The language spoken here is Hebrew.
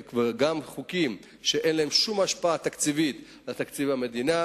וגם חוקים שאין להם שום השפעה תקציבית על תקציב המדינה.